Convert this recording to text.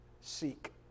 seek